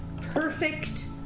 perfect